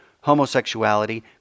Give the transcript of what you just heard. homosexuality